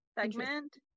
segment